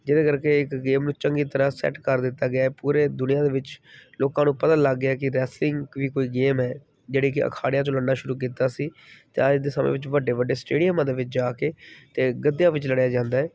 ਜਿਹਦੇ ਕਰਕੇ ਇੱਕ ਗੇਮ ਨੂੰ ਚੰਗੀ ਤਰ੍ਹਾਂ ਸੈੱਟ ਕਰ ਦਿੱਤਾ ਗਿਆ ਹੈ ਪੂਰੇ ਦੁਨੀਆਂ ਦੇ ਵਿੱਚ ਲੋਕਾਂ ਨੂੰ ਪਤਾ ਲੱਗ ਗਿਆ ਕਿ ਰੈਸਲਿੰਗ ਵੀ ਕੋਈ ਗੇਮ ਹੈ ਜਿਹੜੀ ਕਿ ਅਖਾੜਿਆਂ ਤੋਂ ਲੜਨਾ ਸ਼ੁਰੂ ਕੀਤਾ ਸੀ ਅਤੇ ਅੱਜ ਦੇ ਸਮੇਂ ਵਿੱਚ ਵੱਡੇ ਵੱਡੇ ਸਟੇਡੀਅਮਾਂ ਦੇ ਵਿੱਚ ਜਾ ਕੇ ਅਤੇ ਗੱਦਿਆਂ ਵਿੱਚ ਲੜਿਆ ਜਾਂਦਾ ਹੈ